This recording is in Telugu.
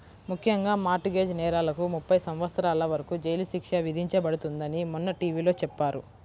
ముఖ్యంగా మార్ట్ గేజ్ నేరాలకు ముప్పై సంవత్సరాల వరకు జైలు శిక్ష విధించబడుతుందని మొన్న టీ.వీ లో చెప్పారు